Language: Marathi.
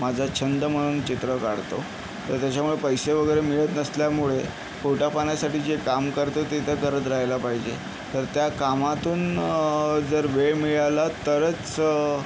माझा छंद म्हणून चित्र काढतो तर त्याच्यामुळे पैसे वगैरे मिळत नसल्यामुळे पोटापाण्यासाठी जे काम करतो ते तर करत राहायला पाहिजे तर त्या कामातून जर वेळ मिळाला तरच